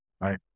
right